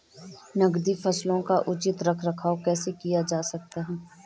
नकदी फसलों का उचित रख रखाव कैसे किया जा सकता है?